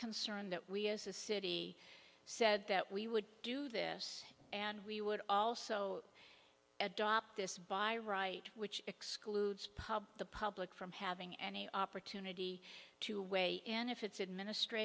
concerned that we as a city said that we would do this and we would also adopt this by right which excludes pub the public from having any opportunity to weigh in if it's administr